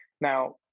Now